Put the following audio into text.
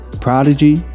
Prodigy